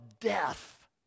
death